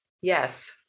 yes